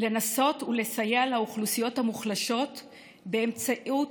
ולנסות לסייע לאוכלוסיות המוחלשות באמצעות